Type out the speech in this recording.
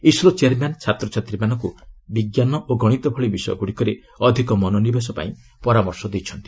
ISRO chairman ଛାତ୍ରଛାତ୍ରୀମାନଙ୍କୁ ବିଜ୍ଞାନ ଓ ଗଶିତ ଭଳି ବିଷୟ ଗୁଡ଼ିକରେ ଅଧିକ ମନୋନିବେଶ ପାଇଁ ପରାମର୍ଶ ଦେଇଛନ୍ତି